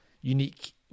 unique